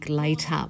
later